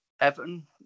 Everton